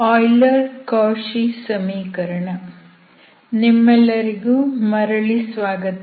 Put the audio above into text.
Euler Cauchy ಸಮೀಕರಣ ನಿಮ್ಮಲ್ಲರಿಗೂ ಮರಳಿ ಸ್ವಾಗತ